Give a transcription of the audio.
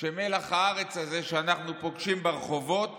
שמלח הארץ הזה שאנחנו פוגשים ברחובות